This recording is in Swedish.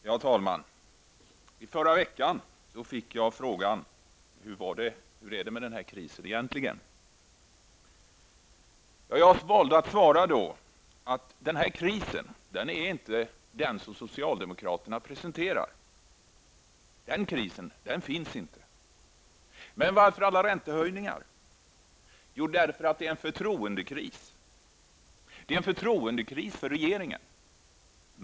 Herr talman! I förra veckan fick jag frågan: Hur är det egentligen med krisen? Jag valde att svara att den här krisen är inte den som socialdemokraterna presenterar. Den krisen finns inte. Men varför alla räntehöjningar? Jo, därför att det är en förtroendekris för regeringen.